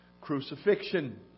crucifixion